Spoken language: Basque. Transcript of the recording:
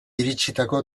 iritsitako